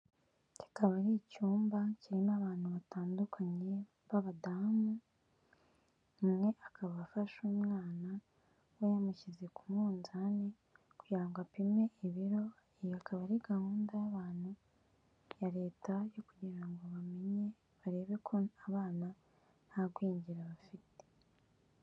Kikaba ari icyumba kirimo abantu batandukanye b'abadamu, umwe akaba afasha umwana we yamushyize ku munzani, kugira ngo apime ibiro, iyo akaba ari gahunda y'abantu ya leta yo kugira ngo bamenye, barebe ko abana nta gwingira bafite.